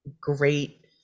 great